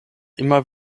immer